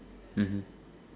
mmhmm